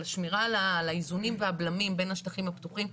השמירה על האיזונים והבלמים בין השטחים הפתוחים.